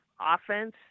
offense